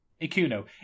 Ikuno